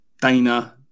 Dana